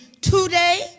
today